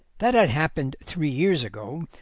that had happened three years ago,